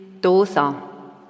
dosa